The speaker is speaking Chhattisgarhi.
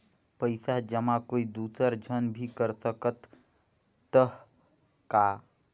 पइसा जमा कोई दुसर झन भी कर सकत त ह का?